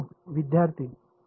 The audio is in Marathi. विद्यार्थी ला